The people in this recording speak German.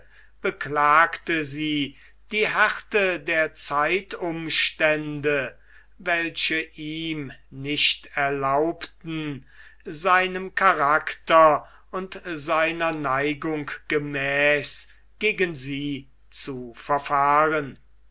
beklagte sie die härte der zeitumstände welche ihm nicht erlaubten seinem charakter und seiner neigung gemäß gegen sie zu verfahren